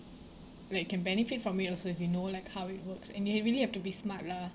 like can benefit from it also if you know like how it works and they really have to be smart lah